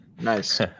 Nice